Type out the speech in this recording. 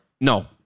no